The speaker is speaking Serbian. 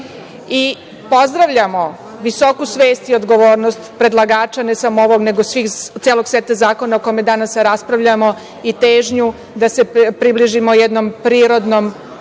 uopšte. Pozdravljamo visoku svest i odgovornost predlagača, ne samo ovog nego i celog seta zakona o kome danas raspravljamo i težnju da se približimo jednom prirodnom